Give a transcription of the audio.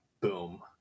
boom